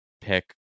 pick